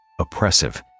oppressive